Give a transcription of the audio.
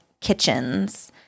kitchens